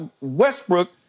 Westbrook